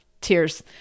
Tears